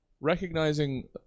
recognizing